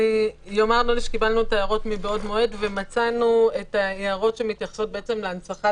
קיבלנו את ההערות מבעוד מועד ומצאנו את ההערות שמתייחסות להנצחת